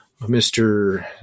Mr